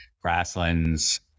grasslands